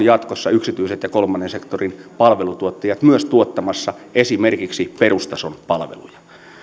jatkossa yksityiset ja kolmannen sektorin palvelutuottajat myös tuottamassa esimerkiksi perustason palveluja